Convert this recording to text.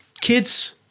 kids